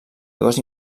dues